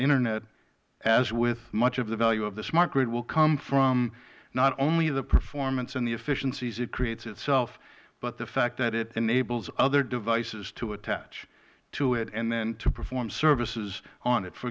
internet as with much of the value of the smart grid will come from not only the performance and the efficiencies it creates itself but the fact that it enables other devices to attach to it and then to perform services on it for